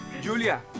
Julia